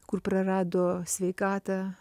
kur prarado sveikatą